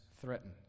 threatened